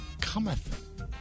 Cometh